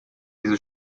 diese